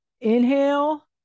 inhale